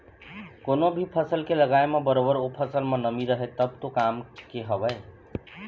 कोनो भी फसल के लगाय म बरोबर ओ फसल म नमी रहय तब तो काम के हवय